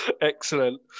Excellent